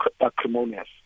acrimonious